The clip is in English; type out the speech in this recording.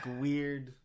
weird